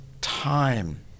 time